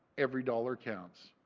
every dollar counts.